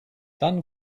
dann